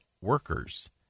workers